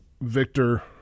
Victor